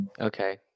okay